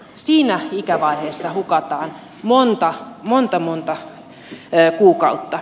siinä ikävaiheessa hukataan monta monta kuukautta